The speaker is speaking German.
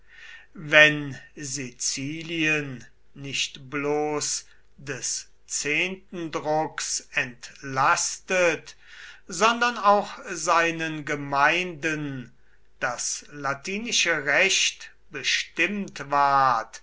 wenn sizilien nicht bloß des zehntendrucks entlastet sondern auch seinen gemeinden das latinische recht bestimmt ward